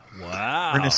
Wow